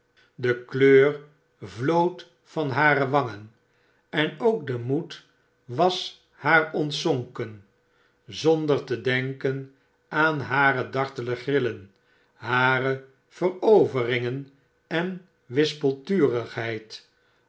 de kleur vlood van hare wangen en ook de moed was haar ontzonken zonder te denken aan hare dartele grillen hare veroveringen en wispelturigheid